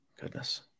Goodness